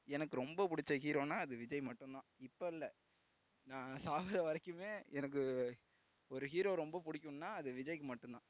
எனக்கு ரொம்ப பிடிச்ச ஹீரோன்னால் அது விஜய் மட்டுந்தான் இப்போ இல்லை நான் சாகிற வரைக்குமே எனக்கு ஒரு ஹீரோ ரொம்ப பிடிக்கும்னா அது விஜய்க்கு மட்டுந்தான்